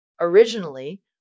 Originally